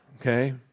Okay